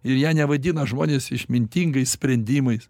ir ją nevadina žmonės išmintingais sprendimais